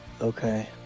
Okay